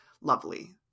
lovely